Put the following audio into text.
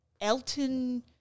Elton